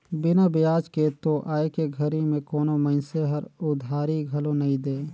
बिना बियाज के तो आयके घरी में कोनो मइनसे हर उधारी घलो नइ दे